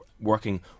working